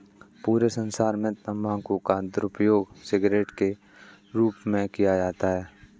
पूरे संसार में तम्बाकू का दुरूपयोग सिगरेट के रूप में किया जाता है